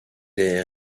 est